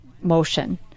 motion